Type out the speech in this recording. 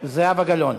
מוותרת.